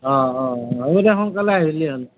অঁ অঁ অঁ হ'ব দে সোনকালে আহিলিয়ে হ'ল